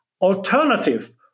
alternative